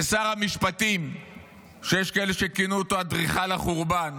ושר המשפטים שיש כאלה שכינו אותו אדריכל החורבן,